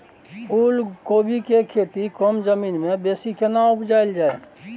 फूलकोबी के खेती कम जमीन मे बेसी केना उपजायल जाय?